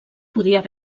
podia